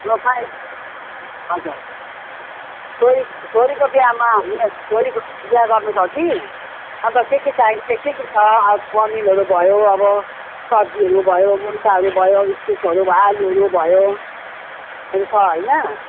पाएँ हजुर छोरी छोरीको बिहामा यहाँ छोरीको बिहा गर्नु छ कि अन्त के के चाहिन्छ के के छ पनिरहरू भयो अब सब्जीहरू भयो मुन्टाहरू भयो इस्कुसहरू भयो आलुहरू भयो छ होइन